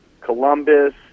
Columbus